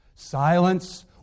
Silence